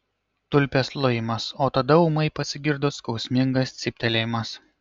tulpės lojimas o tada ūmai pasigirdo skausmingas cyptelėjimas